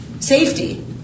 Safety